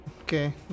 okay